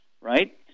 right